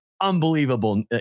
Unbelievable